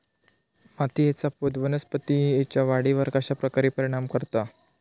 मातीएचा पोत वनस्पतींएच्या वाढीवर कश्या प्रकारे परिणाम करता?